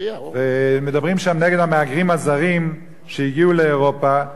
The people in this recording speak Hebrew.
ומדברים שם נגד המהגרים הזרים שהגיעו לאירופה.